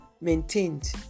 maintained